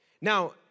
Now